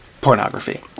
pornography